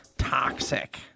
Toxic